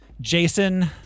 Jason